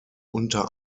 unter